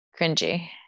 Cringy